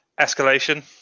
escalation